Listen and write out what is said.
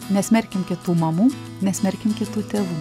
nesmerkim kitų mamų nesmerkim kitų tėvų